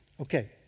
Okay